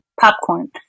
popcorn